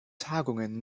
tagungen